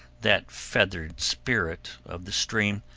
that feathered spirit of the stream,